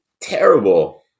terrible